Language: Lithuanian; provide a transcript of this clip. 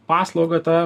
paslaugą tą